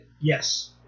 Yes